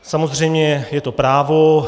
Samozřejmě je to právo.